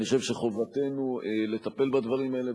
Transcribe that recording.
אני חושב שחובתנו לטפל בדברים האלה,